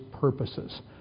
purposes